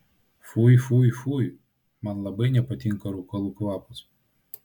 fui fui fui man labai nepatinka rūkalų kvapas